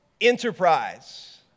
enterprise